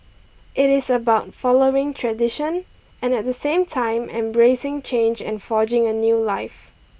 it is about following tradition and at the same time embracing change and forging a new life